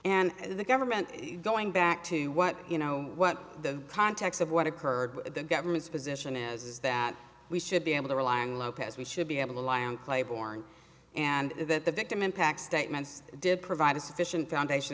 and the government going back to what you know what the context of what occurred the government's position is that we should be able to rely on lopez we should be able to lie and play born and that the victim impact statements did provide a sufficient